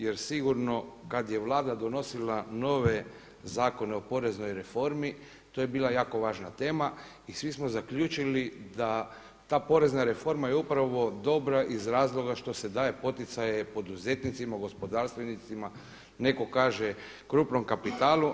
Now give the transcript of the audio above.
Jer sigurno kada je Vlada donosila nove zakone o poreznoj reformi to je bila jako važna tema i svi smo zaključili da ta porezna reforma je upravo dobra iz razloga što se daje poticaje poduzetnicima, gospodarstvenicima, netko kaže krupnom kapitala.